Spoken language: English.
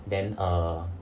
then err